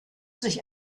sich